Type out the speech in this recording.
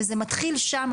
וזה מתחיל שם,